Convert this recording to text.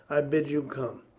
i bid you come.